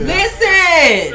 Listen